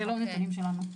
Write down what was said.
אלה לא נתונים שלנו.